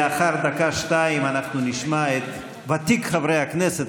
לאחר דקה-שתיים אנחנו נשמע את ותיק חברי הכנסת,